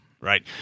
right